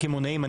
קמעונאים,